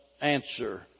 answer